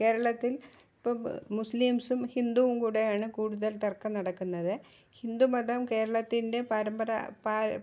കേരളത്തിൽ ഇപ്പോൾ മുസ്ലിംസും ഹിന്ദുവും കൂടിയാണ് കൂടുതൽ തർക്കം നടക്കുന്നത് ഹിന്ദുമതം കേരളത്തിൻ്റെ പരമ്പര പാ